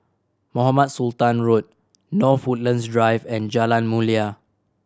Mohamed Sultan Road North Woodlands Drive and Jalan Mulia